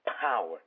power